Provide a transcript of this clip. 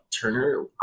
Turner